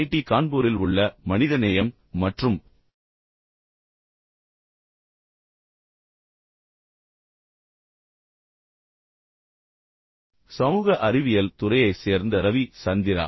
D கான்பூரில் உள்ள மனிதநேயம் மற்றும் சமூக அறிவியல் துறையைச் சேர்ந்த ரவி சந்திரா